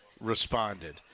responded